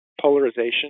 polarization